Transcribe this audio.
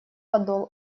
подол